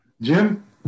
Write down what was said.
Jim